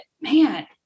man